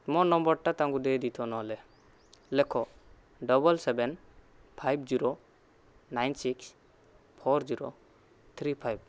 ମୋ ନମ୍ୱର୍ଟା ତାଙ୍କୁ ଦେଇଦେଇଥ ନହେଲେ ଲେଖ double seven five zero nine six four zero three five